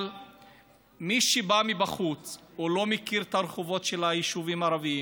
אבל מי שבא מבחוץ או לא מכיר את הרחובות של היישובים הערביים,